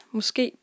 Måske